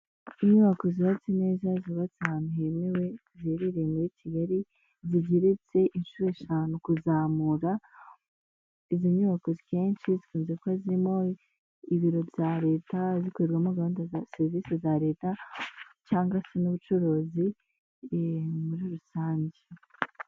Inyubako zubatse neza zubatse ahantu hemewe, ziherereye muri Kigali zigeretse inshuro eshanu kuzamura, izi nyubako kenshi zikunze kuba zirimo ibiro bya leta, zikoremo gahunda za serivisi za leta cyangwa se n'ubucuruzi muri rusange.